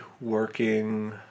working